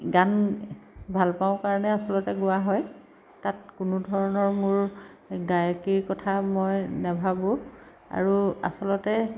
গান ভাল পাওঁ কাৰণে আচলতে গোৱা হয় তাত কোনো ধৰণৰ মোৰ গায়িকীৰ কথা মই নেভাবোঁ আৰু আচলতে